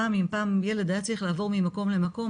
אם פעם ילד היה צריך לעבור ממקום למקום,